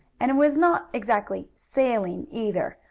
and it was not exactly sailing either,